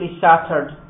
shattered